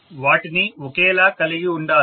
వాటిని ఒకేలా కలిగి ఉండాలి